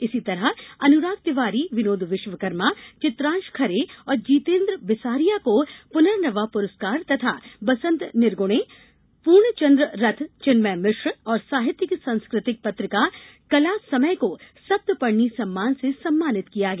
इसी तरह अनुराग तिवारी विनोद विश्वकर्मा चित्रांश खरे और जितेन्द्र बिसारिया को प्नर्नवा पुरस्कार तथा बसन्त निरगुणे पूर्णचन्द्र रथ चिन्मय मिश्र और साहित्यिक सांस्कृतिक पत्रिका कलासमय को सप्तपर्णी सम्मान से सम्मानित किया गया